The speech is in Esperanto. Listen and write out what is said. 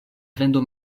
vendo